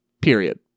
Period